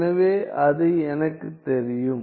எனவே அது எனக்குத் தெரியும்